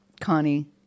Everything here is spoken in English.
Connie